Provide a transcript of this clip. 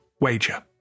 Wager